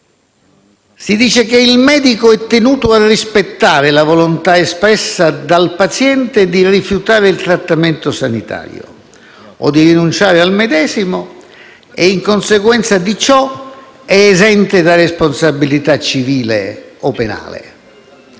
si dice che «il medico è tenuto a rispettare la volontà espressa dal paziente di rifiutare il trattamento sanitario o di rinunciare al medesimo e, in conseguenza di ciò, è esente da responsabilità civile o penale».